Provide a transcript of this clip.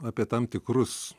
apie tam tikrus